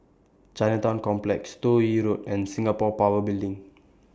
Chinatown Complex Toh Yi Road and Singapore Power Building